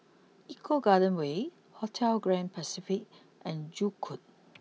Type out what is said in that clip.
Eco Garden way Hotel Grand Pacific and Joo Koon